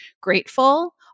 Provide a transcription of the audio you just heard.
grateful